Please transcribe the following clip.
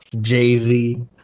Jay-Z